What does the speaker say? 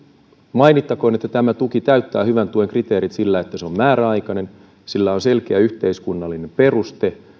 mainittakoon että tämä tuki täyttää hyvän tuen kriteerit sillä että se on määräaikainen sillä on selkeä yhteiskunnallinen peruste